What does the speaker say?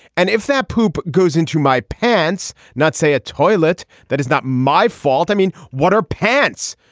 and if that poop goes into my pants not say a toilet that is not my fault. i mean what are pants.